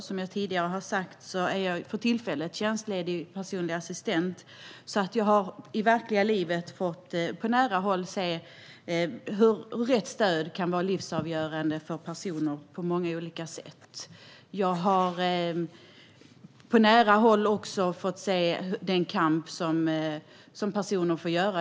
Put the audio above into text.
Som jag tidigare har sagt är jag personlig assistent, för tillfället tjänstledig, så jag har i verkliga livet på nära håll fått se hur rätt stöd kan vara livsavgörande för personer på många olika sätt. Jag har på nära håll också fått se den kamp som personer som får föra.